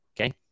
okay